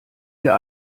wir